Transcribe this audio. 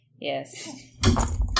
Yes